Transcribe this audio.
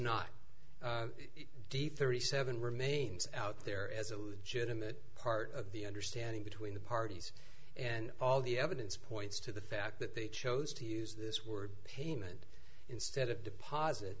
d thirty seven remains out there as a legitimate part of the understanding between the parties and all the evidence points to the fact that they chose to use this word payment instead of deposit